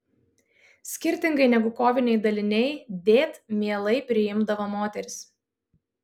skirtingai negu koviniai daliniai dėt mielai priimdavo moteris